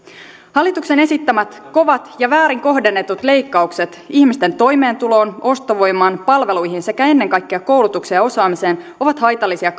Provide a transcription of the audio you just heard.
hallituksen esittämät kovat ja väärin kohdennetut leikkaukset ihmisten toimeentuloon ostovoimaan palveluihin sekä ennen kaikkea koulutukseen ja osaamiseen ovat haitallisia